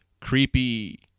creepy